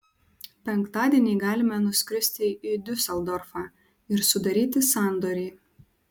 penktadienį galime nuskristi į diuseldorfą ir sudaryti sandorį